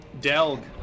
Delg